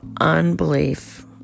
unbelief